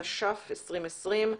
התש"ף-2020.